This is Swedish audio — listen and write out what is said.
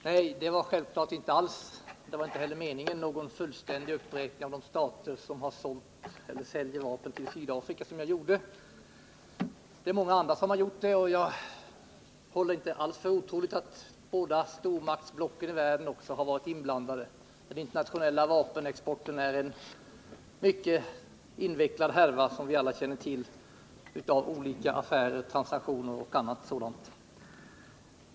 Fru talman! Jag vill göra en kort kommentar beträffande vapenembargot. Självfallet gjorde jag inte någon fullständig uppräkning av de stater som har sålt eller säljer vapen till Sydafrika — det var heller inte min avsikt. Många stater har gjort det, och jag håller inte alls för otroligt att också de båda stormaktsblocken i världen har varit inblandade. Den internationella vapenexporten är, som vi alla känner till, en mycket invecklad härva av affärer och transaktioner av olika slag.